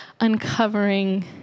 uncovering